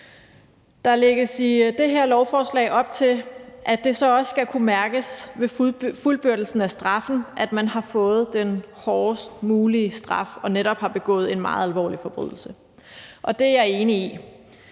Der lægges i det her lovforslag op til, at det så også skal kunne mærkes ved fuldbyrdelsen af straffen, at man har fået den hårdest mulige straf og netop har begået en meget alvorlig forbrydelse, og det er jeg enig i.